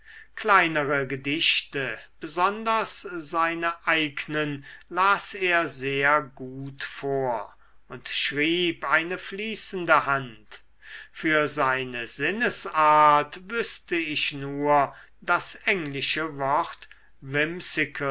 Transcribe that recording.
kleinere gedichte besonders seine eignen las er sehr gut vor und schrieb eine fließende hand für seine sinnesart wüßte ich nur das englische wort